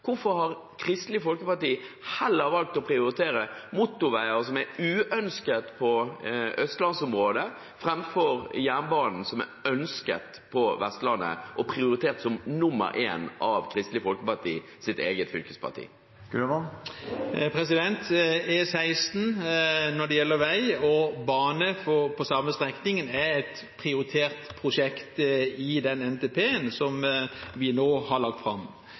Hvorfor har Kristelig Folkeparti heller valgt å prioritere motorveier, som er uønsket i østlandsområdet, framfor jernbane, som er ønsket på Vestlandet, og som er prioritert som nr. 1 av Kristelig Folkepartis eget fylkesparti? E16, når det gjelder vei, og bane på den samme strekningen, er et prioritert prosjekt i den NTP-en som vi nå har lagt fram.